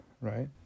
right